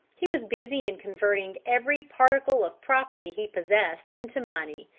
he was busy in converting every particle of property he possessed into money,